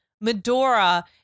Medora